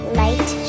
light